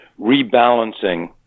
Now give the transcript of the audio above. rebalancing